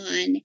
on